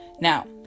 now